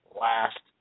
last